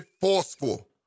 forceful